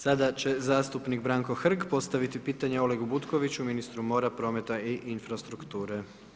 Sada će zastupnik Branko Hrg postaviti pitanje Olegu Butkoviću, ministru mora, prometa i infrastrukture.